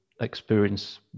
experience